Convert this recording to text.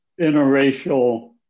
interracial